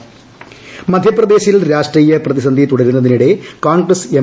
്മധ്യപ്രദേശിൽ രാഷ്ട്രീയ പ്രതിസന്ധി തുടരുന്നതിനിടെ കോൺഗ്രസ് എം